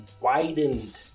widened